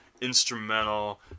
instrumental